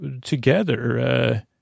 together